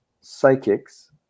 psychics